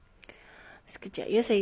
sekejap ya saya check dalam app